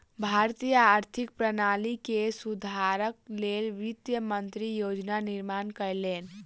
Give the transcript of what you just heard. भारतीय आर्थिक प्रणाली के सुधारक लेल वित्त मंत्री योजना निर्माण कयलैन